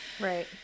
Right